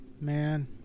man